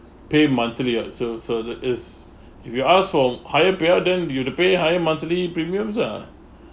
pay monthly ah so so that is if you ask for higher payout then you have to pay higher monthly premiums lah